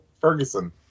Ferguson